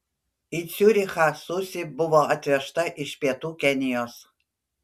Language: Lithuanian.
į ciurichą susi buvo atvežta iš pietų kenijos